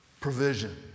provision